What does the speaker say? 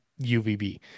UVB